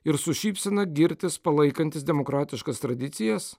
ir su šypsena girtis palaikantis demokratiškas tradicijas